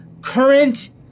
current